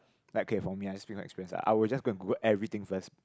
like okay for me experiences I would just go and Google everything first